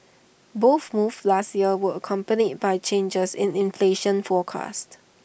both moves last year were accompanied by changes in inflation forecast